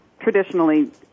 traditionally